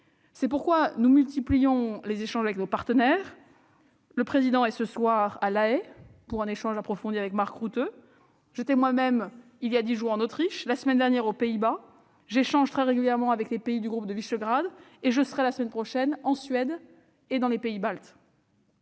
C'est pourquoi nous multiplions les échanges avec nos partenaires. Le Président se trouve ce soir à La Haye pour un échange approfondi avec Mark Rutte. J'étais moi-même il y a dix jours en Autriche et, la semaine dernière, aux Pays-Bas. J'échange très régulièrement avec les pays du groupe de Visegrád et je me rendrai la semaine prochaine en Suède et dans les pays baltes.